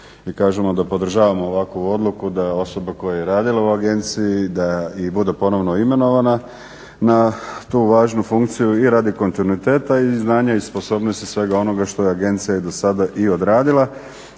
da kažemo da podržavamo ovakvu odluku da osoba koja je radila u agenciji da bude i ponovno imenovana na tu važnu funkciju i radi kontinuiteta i iz znanja i sposobnosti svega onoga što je agencija i do sada odradila.